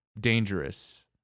dangerous